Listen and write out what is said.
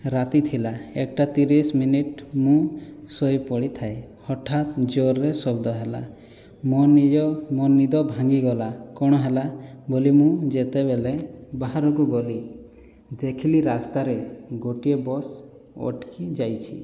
ରାତି ଥିଲା ଏକ୍ଟା ତିରିଶ ମିନିଟ ମୁଁ ଶୋଇପଡ଼ିଥାଏ ହଠାତ୍ ଯୋର୍ରେ ଶବ୍ଦ ହେଲା ମୋ' ନିଜ ମୋ' ନିଦ ଭାଙ୍ଗିଗଲା କଣ ହେଲା ବୋଲି ମୁଁ ଯେତେବେଳେ ବାହାରକୁ ଗଲି ଦେଖିଲି ରାସ୍ତାରେ ଗୋଟିଏ ବସ୍ ଅଟକି ଯାଇଛି